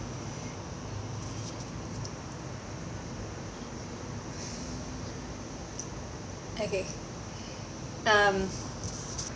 okay um